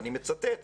ואני מצטט,